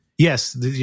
Yes